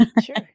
Sure